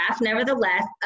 nevertheless